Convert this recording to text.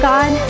God